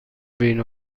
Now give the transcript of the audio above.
بین